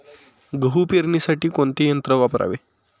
गहू पेरणीसाठी कोणते यंत्र वापरावे?